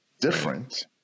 different